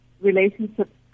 relationship